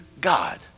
God